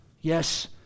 yes